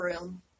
room